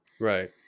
Right